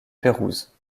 pérouse